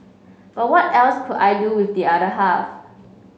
but what else could I do with the other half